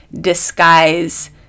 disguise